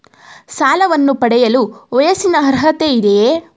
ಸಾಲವನ್ನು ಪಡೆಯಲು ವಯಸ್ಸಿನ ಅರ್ಹತೆ ಇದೆಯಾ?